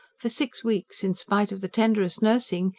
for six weeks, in spite of the tenderest nursing,